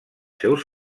seus